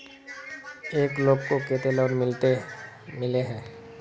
एक लोग को केते लोन मिले है?